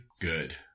good